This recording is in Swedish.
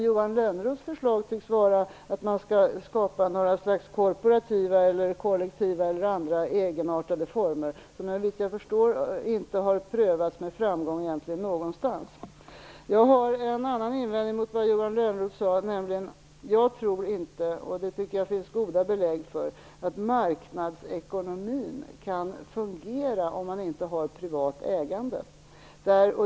Johan Lönnroths förslag tycks däremot vara att man skall skapa något slags kooperativa, kollektiva eller andra egenartade former som såvitt jag förstår inte har prövats med framgång någonstans. Jag har en annan invänding mot vad Johan Lönnroth sade. Jag tror nämligen inte att marknadsekonomin kan fungera om man inte har privat ägande.